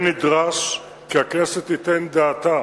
כן נדרש כי הכנסת תיתן את דעתה